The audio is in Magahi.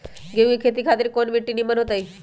गेंहू की खेती खातिर कौन मिट्टी निमन हो ताई?